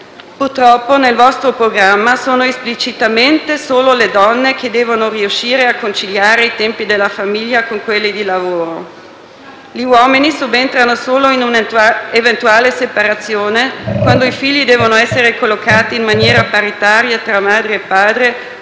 Purtroppo nel vostro programma sono esplicitamente solo le donne che devono riuscire a conciliare i tempi della famiglia con quelli di lavoro. Gli uomini subentrano solo in una eventuale separazione, quando i figli devono essere collocati in maniera paritaria tra madre e padre,